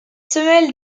semelles